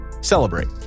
celebrate